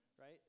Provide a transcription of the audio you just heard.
right